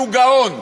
שהוא גאון.